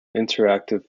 interactive